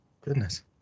Goodness